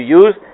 use